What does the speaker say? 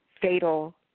fatal